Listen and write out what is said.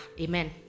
Amen